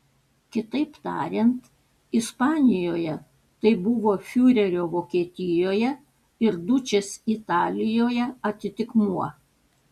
kitaip tariant ispanijoje tai buvo fiurerio vokietijoje ir dučės italijoje atitikmuo